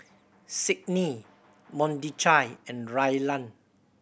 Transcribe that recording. Sydney Mordechai and Rylan